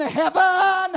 heaven